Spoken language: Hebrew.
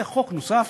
זה חוק נוסף